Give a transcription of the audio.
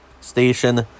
Station